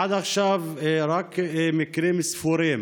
עד עכשיו רק מקרים ספורים